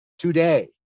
today